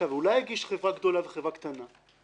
אולי הגישה חברה גדולה וחברה קטנה?